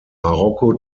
marokko